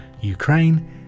Ukraine